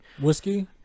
Whiskey